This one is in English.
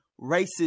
racist